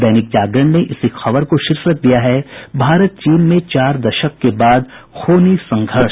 दैनिक जागरण ने इसी खबर को शीर्षक दिया है भारत चीन में चार दशक बाद खूनी संघर्ष